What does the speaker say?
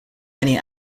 many